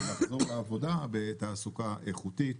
לחזור לעבודה בתעסוקה איכותית.